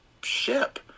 ship